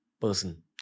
person